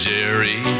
Jerry